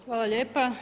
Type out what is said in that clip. Hvala lijepa.